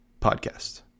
Podcast